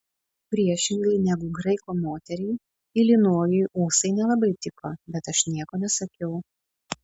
priešingai negu graiko moteriai ilinojui ūsai nelabai tiko bet aš nieko nesakiau